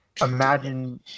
imagine